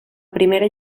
primera